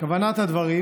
כוונת הדברים,